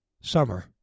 Summer